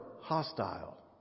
hostile